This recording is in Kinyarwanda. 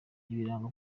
ibirango